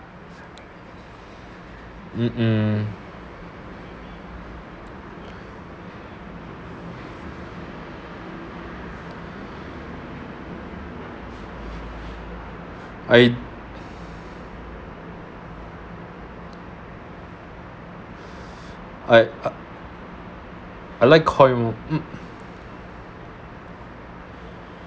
uh um I I I like koi uh